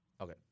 Okay